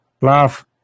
love